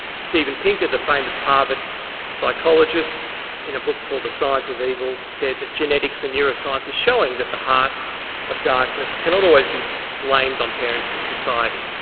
steven pinker the famous harvard psychologist in a book called the science of evil said that genetics and neuroscience is showing that the heart of darkness cannot always be blamed on parents and society.